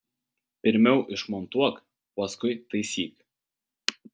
pirmiau išmontuok paskui taisyk